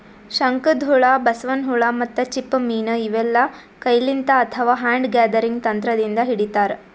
ಶಂಕದ್ಹುಳ, ಬಸವನ್ ಹುಳ ಮತ್ತ್ ಚಿಪ್ಪ ಮೀನ್ ಇವೆಲ್ಲಾ ಕೈಲಿಂತ್ ಅಥವಾ ಹ್ಯಾಂಡ್ ಗ್ಯಾದರಿಂಗ್ ತಂತ್ರದಿಂದ್ ಹಿಡಿತಾರ್